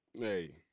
Hey